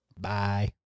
bye